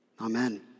Amen